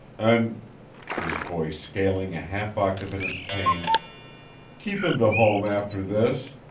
an' his voice scaling a half octave in its pain keep him to home after this.